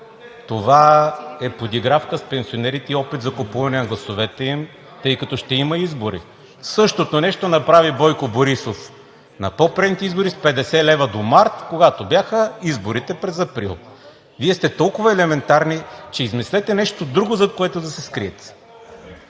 това е подигравка с пенсионерите и опит за купуване на гласовете им, тъй като ще има избори. Същото нещо направи Бойко Борисов на по-предните избори с 50 лв. до март, когато бяха изборите през април. Вие сте толкова елементарни – измислете нещо друго, зад което да се скриете.